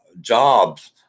jobs